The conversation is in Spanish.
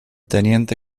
teniente